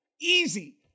easy